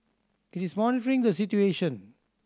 it is monitoring the situation